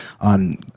on